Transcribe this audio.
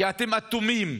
כי אתם אטומים,